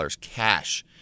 cash